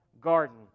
garden